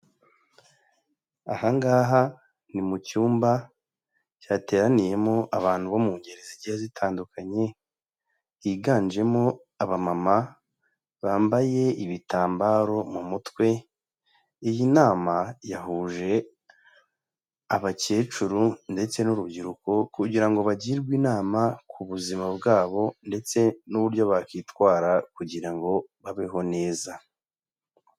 Aha ngaha ni mu cyumba cyateraniyemo abantu bo mu ngeri zigiye zitandukanye, higanjemo abamama bambaye ibitambaro mu mutwe, iyi nama yahuje abakecuru ndetse n'urubyiruko kugira ngo bagirwe inama ku buzima bwabo ndetse n'uburyo bakwitwara kugira ngo babeho neza.